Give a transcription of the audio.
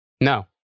no